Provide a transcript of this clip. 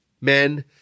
men